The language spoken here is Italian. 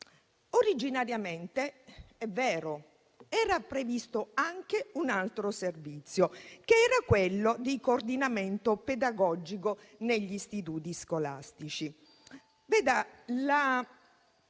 Originariamente - è vero - era previsto anche un altro servizio, che era quello di coordinamento pedagogico negli istituti scolastici.